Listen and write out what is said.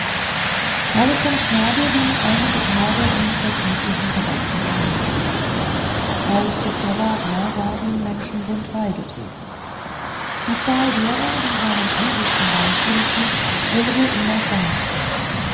herr von schnabel ging einige tage in verdrießlichen gedanken umher auch dr wagner war dem menschenbund beigetreten die zahl derer die seinen ansichten beistimmte wurde immer kleiner